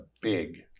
big